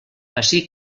ací